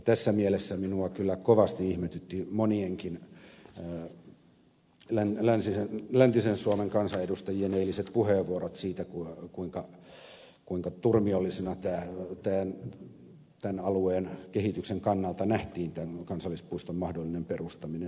tässä mielessä minua kyllä kovasti ihmetytti monienkin läntisen suomen kansanedustajien eiliset puheenvuorot siitä kuinka turmiollisena tämän alueen kehityksen kannalta nähtiin tämän kansallispuiston mahdollinen perustaminen